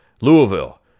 Louisville